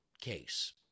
case